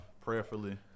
prayerfully